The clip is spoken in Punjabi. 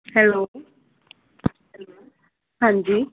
ਹੈਲੋ ਹੈਲੋ ਹਾਂਜੀ